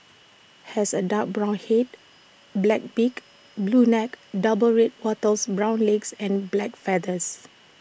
has A dark brown Head black beak blue neck double red wattles brown legs and black feathers